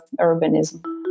urbanism